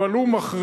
אבל הוא מכריז,